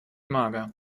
mager